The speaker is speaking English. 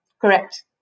correct